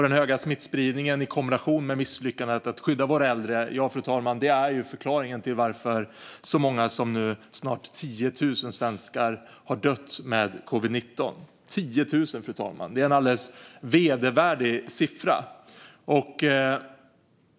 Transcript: Den stora smittspridningen i kombination med misslyckandet att skydda våra äldre är förklaringen till att så många som snart 10 000 svenskar har dött med covid-19. Det är en alldeles vedervärdig siffra.